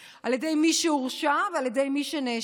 על ידי מי שהורשע ועל ידי מי שנאשם,